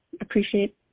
Appreciate